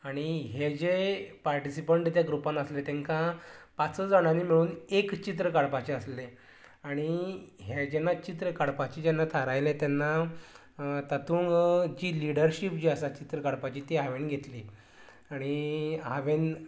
आनी हे जे पार्टिसिपंट ते ग्रुपान आसले तेंकां पांच जाणानी मेळून एक चित्र काडपाचें आसलें आणी हें जेन्ना चित्र काडपाची जेन्ना थारायलें तेन्ना तातूंग जी लिडरशीप जी आसा चित्र काडपाची ती हांवेन घेतली आणी हांवेन